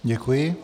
Děkuji.